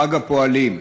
חג הפועלים,